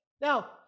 Now